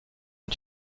est